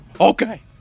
Okay